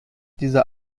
dieser